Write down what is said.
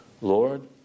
Lord